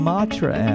Matra